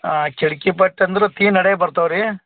ಹಾಂ ಕಿಟ್ಕಿ ಪಟ್ ಅಂದ್ರೆ ತೀನ್ ಅಡೆ ಬರ್ತಾವ ರೀ